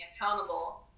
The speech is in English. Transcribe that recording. accountable